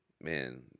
man